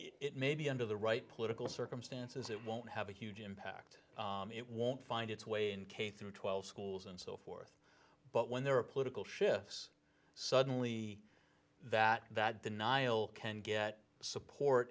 it maybe under the right political circumstances it won't have a huge impact it won't find its way in k through twelve schools and so but when there are political shifts suddenly that that denial can get support